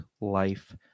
life